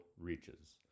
reaches